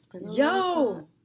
Yo